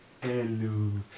hello